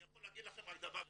אני יכול להגיד לכם רק דבר אחד,